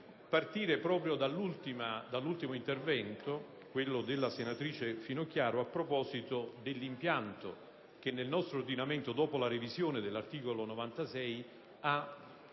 partire dall'ultimo intervento, quello della senatrice Finocchiaro, a proposito dell'impianto che nel nostro ordinamento, dopo la revisione dell'articolo 96 della